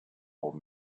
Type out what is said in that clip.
old